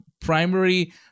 primary